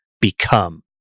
become